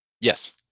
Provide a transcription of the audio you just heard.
Yes